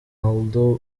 ronald